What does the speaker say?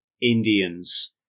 Indians